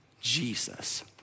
Jesus